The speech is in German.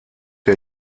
der